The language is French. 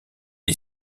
est